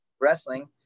wrestling